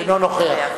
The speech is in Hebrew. אינו נוכח